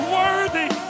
worthy